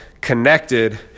connected